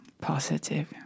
positive